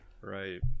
Right